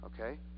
Okay